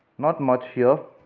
not much here.